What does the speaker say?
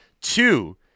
Two